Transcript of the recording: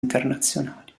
internazionali